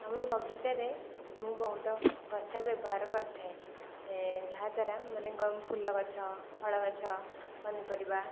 ଆମ ବଗିଚାରେ ମୁଁ ବହୁତ ଗଛ ବ୍ୟବହାର କରିଥାଏ ଯାହା ଦ୍ୱାରା ମାନେ ଫୁଲ ଗଛ ଫଳ ଗଛ ପନିପରିବା